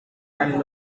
and